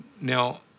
Now